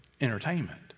Entertainment